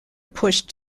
pushed